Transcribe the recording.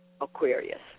Aquarius